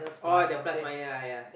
orh the plus minus ah ya